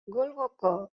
golkoko